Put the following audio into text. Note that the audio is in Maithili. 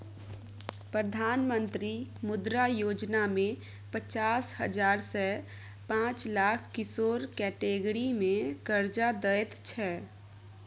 प्रधानमंत्री मुद्रा योजना मे पचास हजार सँ पाँच लाख किशोर कैटेगरी मे करजा दैत छै